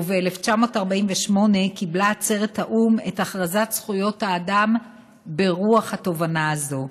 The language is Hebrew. וב-1948 קיבלה עצרת האו"ם את הכרזת זכויות האדם ברוח התובנה הזאת.